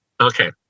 Okay